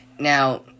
Now